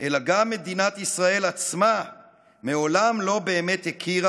אלא גם מדינת ישראל עצמה מעולם לא באמת הכירה